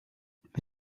mit